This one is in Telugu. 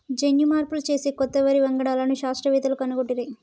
జన్యు మార్పులు చేసి కొత్త వరి వంగడాలను శాస్త్రవేత్తలు కనుగొట్టిరి